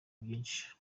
byinshi